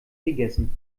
gegessen